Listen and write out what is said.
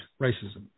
racism